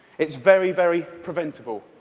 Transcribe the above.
it's very, very preventable.